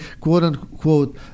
quote-unquote